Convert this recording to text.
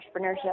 entrepreneurship